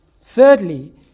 Thirdly